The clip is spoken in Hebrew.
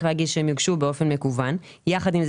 להגיש יוגשו באופן מקוון כחובה.